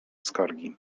skargi